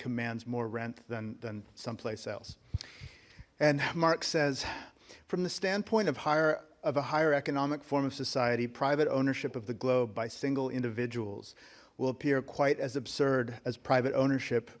commands more rent than someplace else and mark says from the standpoint of hire of a higher economic form of society private ownership of the globe by single individuals will appear quite as absurd as private ownership